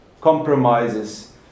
compromises